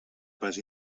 pas